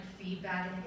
feedback